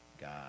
God